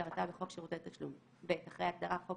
כהגדרתה בחוק שירותי תשלום,"; (ב)אחרי ההגדרה "חוק